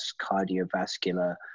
cardiovascular